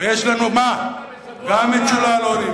ויש לנו גם את שולה אלוני,